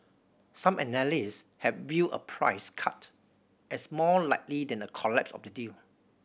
some analysts had viewed a price cut as more likely than a collapse of the deal